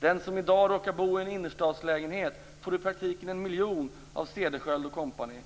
Den som i dag råkar bo i en innerstadslägenhet får i praktiken 1 miljon av Cederschiöld och kompani.